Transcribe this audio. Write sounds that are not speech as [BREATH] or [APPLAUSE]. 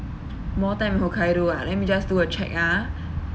more time in hokkaido ah let me just do a check ah [BREATH]